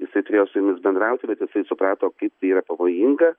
jisai turėjo su jomis bendrauti bet jisai suprato kaip tai yra pavojinga